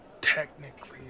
technically